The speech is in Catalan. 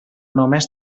només